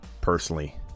Personally